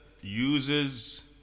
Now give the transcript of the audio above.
uses